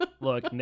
look